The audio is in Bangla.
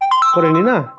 করেনি না